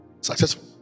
successful